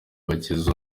bakize